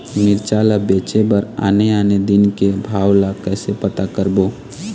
मिरचा ला बेचे बर आने आने दिन के भाव ला कइसे पता करबो?